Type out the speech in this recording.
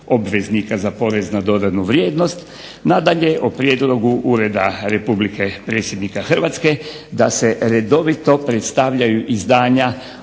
za porez na dodanu vrijednost. Nadalje, o prijedlogu Ureda Republike predsjednika Hrvatske da se redovito predstavljaju izdanja